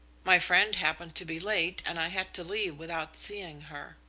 my friend happened to be late, and i had to leave without seeing her.